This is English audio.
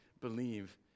believe